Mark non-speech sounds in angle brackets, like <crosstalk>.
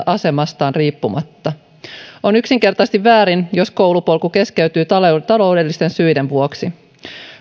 <unintelligible> asemastaan riippumatta on yksinkertaisesti väärin jos koulupolku keskeytyy taloudellisten syiden vuoksi